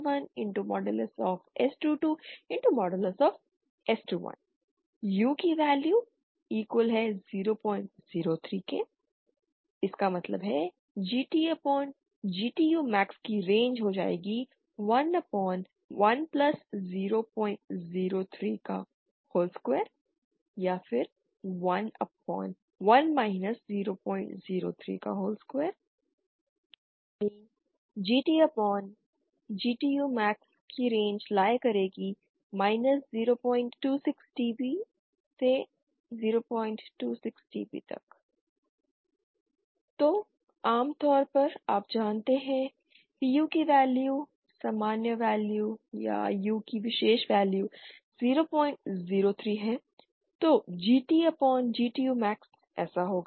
UXS12S11S22S21 U003 110032GTGTUmax11 0032 026dB≤GTGTUmax≤026dB तो आमतौर पर आप जानते हैं कि U की वैल्यू सामान्य वैल्यू या U की विशेष वैल्यू 003 है तो GT अपॉन GTU मैक्स ऐसा होगा